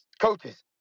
Coaches